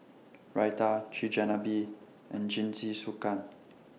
Raita Chigenabe and Jingisukan